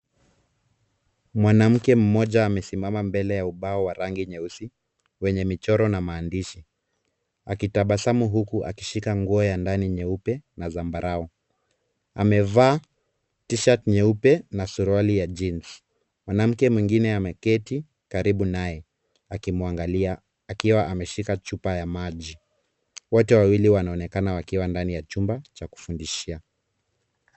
Mwanamke mmoja amesimama mbele ya ubao wa rangi nyeusi wenye michoro na maandishi akitabasamu huku akishika nguo ya ndani nyeupe na zambarau. Amevaa t-shirt nyeupe na suruali ya jeans . Mwanamke mwingine ameketi karibu naye akimwangalia akiwa ameshika chupa ya maji. Wote wawili wanaonekana wakiwa ndani ya chumba cha kufundishia.